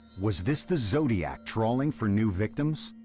was this the zodiac trawling for new victims?